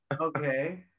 Okay